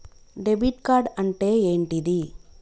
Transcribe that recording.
Debit card అంటే ఏంటిది?